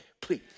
Please